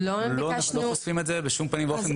לא חושפים את זה בשום פנים ואופן,